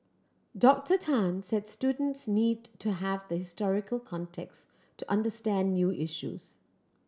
Doctor Tan said students need to have the historical context to understand new issues